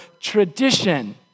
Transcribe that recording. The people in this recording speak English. tradition